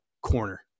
corner